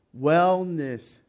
wellness